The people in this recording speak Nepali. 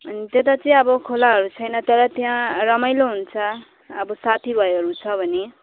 अनि त्यता चाहिँ अब खोलाहरू छैन तर त्यहाँ रमाइलो हुन्छ अब साथीभाइहरू छ भने